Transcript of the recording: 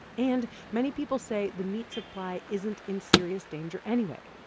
and many people say the meat supply isn't in serious danger anyway.